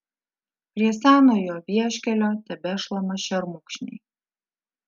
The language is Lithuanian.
prie senojo vieškelio tebešlama šermukšniai